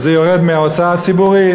וזה יורד מההוצאה הציבורית,